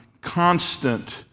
constant